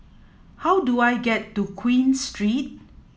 how do I get to Queen Street